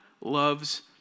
loves